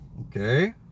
Okay